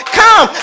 come